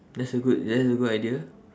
that's a good that's a good idea